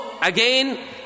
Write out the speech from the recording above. Again